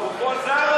הוא כל הזמן קומבינציות,